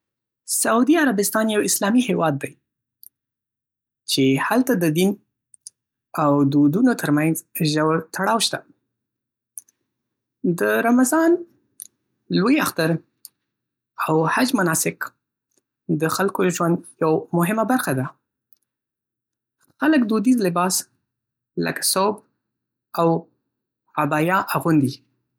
سعودي عربستان یو اسلامي هیواد دی چې هلته د دین او دودونو ترمنځ ژور تړاو شته. د رمضان، لوی اختر، او حج مناسک د خلکو ژوند یوه مهمه برخه ده. خلک دودیز لباس، لکه ثوب او عبایا اغوندي.